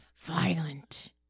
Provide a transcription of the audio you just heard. Violent